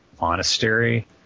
monastery